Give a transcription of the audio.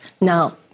now